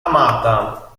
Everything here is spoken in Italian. amata